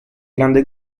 grande